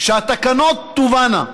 שהתקנות תובאנה.